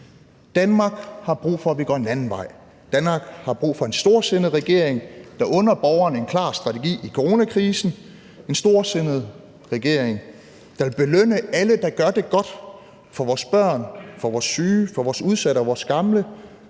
Danmark har brug for, at vi går en anden vej. Danmark har brug for en storsindet regering, der under borgerne en klar strategi i coronakrisen, en storsindet regering, der vil belønne alle, der gør det godt for vores børn, for vores syge, for vores udsatte og for vores gamle,